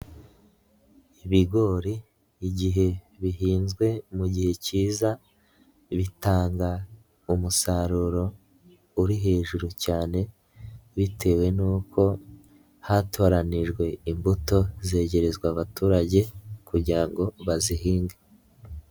Ibigori igihe bihinzwe mu gihe kiza bitanga umusaruro uri hejuru cyane bitewe n'uko hatoranijwe imbuto zegerezwa abaturage kugira ngo bazihinge.